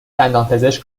دندانپزشک